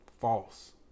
false